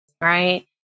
Right